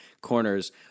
corners